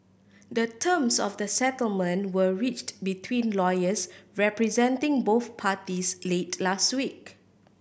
the terms of the settlement were reached between lawyers representing both parties late last week